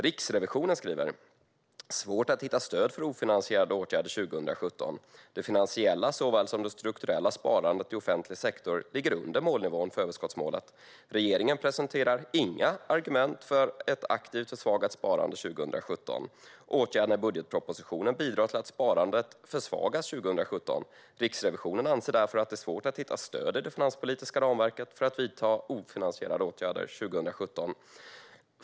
Riksrevisionens skriver: "Svårt att hitta stöd för ofinansierade åtgärder 2017. Det finansiella såväl som det strukturella sparandet i offentlig sektor ligger under målnivån för överskottsmålet - Regeringen presenterar inga argument för att aktivt försvaga sparandet 2017. Åtgärderna i budgetpropositionen bidrar till att sparandet försvagas 2017. Riksrevisionen anser därför att det är svårt att hitta stöd i det finanspolitiska ramverket för att vidta ofinansierade åtgärder 2017."